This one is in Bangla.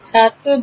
ছাত্র ২